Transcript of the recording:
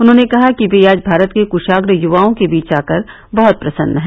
उन्होंने कहा कि वे आज भारत के क्शांग्र युवाओं के बीच आकर बहत प्रसन्न हैं